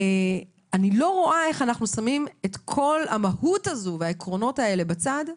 אני לא רואה איך אנחנו שמים בצד את כל המהות הזאת וכל העקרונות האלה,